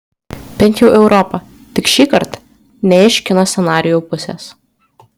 bent jau europa tik šįkart ne iš kino scenarijų pusės